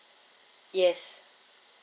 yes